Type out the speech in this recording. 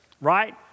Right